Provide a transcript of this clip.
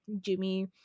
Jimmy